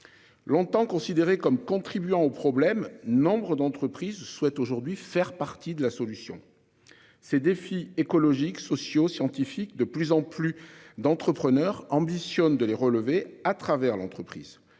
Longtemps considérée comme contribuant au problème. Nombre d'entreprises souhaitent aujourd'hui faire partie de la solution. Ces défis écologiques, sociaux scientifiques de plus en plus d'entrepreneurs ambitionne de les relever à travers l'entreprise